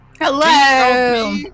Hello